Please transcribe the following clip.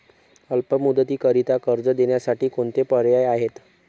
अल्प मुदतीकरीता कर्ज देण्यासाठी कोणते पर्याय आहेत?